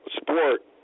sport